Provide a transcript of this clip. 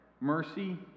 mercy